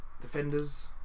defenders